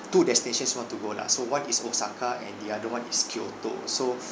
two destinations we want to go lah so one is osaka and the other [one] is kyoto so